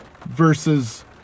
versus